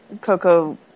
Coco